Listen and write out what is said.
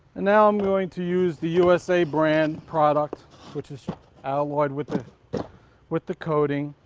now i'm going to use the usa brand product which is alloy with with the coating.